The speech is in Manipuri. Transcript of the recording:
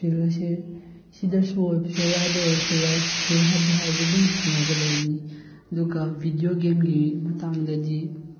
ꯐꯤꯜꯁꯦ ꯁꯤꯗꯁꯨ ꯑꯣꯏꯕꯁꯨ ꯌꯥꯏ ꯑꯥꯗ ꯑꯣꯏꯔꯁꯨ ꯌꯥꯏ ꯐꯤꯜ ꯍꯥꯏꯕꯨ ꯍꯥꯏꯔꯗꯤ ꯑꯗꯨꯝ ꯁꯥꯟꯅꯒꯗꯕꯅꯤ ꯑꯗꯨꯒ ꯚꯤꯗꯤꯑꯣ ꯒꯦꯝꯒꯤ ꯃꯇꯥꯡꯗꯗꯤ